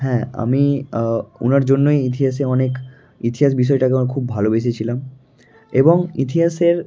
হ্যাঁ আমি ওনার জন্যই ইতিহাসে অনেক ইতিহাস বিষয়টাকে আমার খুব ভালোবেসে ছিলাম এবং ইতিহাসের